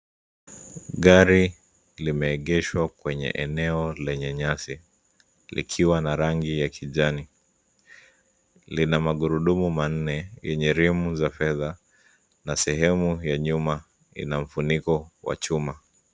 Gari limeegeshwa kwenye eneo lenye nyasi, likiwa na rangi ya kijani. Lina magurudumu manne yenye rimu za fedha na sehemu ya nyuma ina ufuniko wa chuma.